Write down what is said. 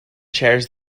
chairs